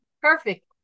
Perfect